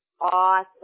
awesome